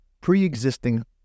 pre-existing